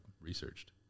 researched